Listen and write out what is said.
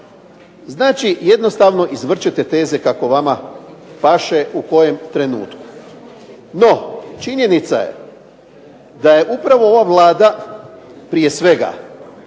Znači, jednostavno izvrćete teze kako vama paše u kojem trenutku. No, činjenica je da je upravo ova Vlada, prije svega,